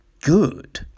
good